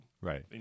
Right